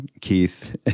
Keith